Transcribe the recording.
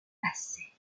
passait